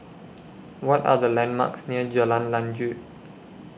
What Are The landmarks near Jalan Lanjut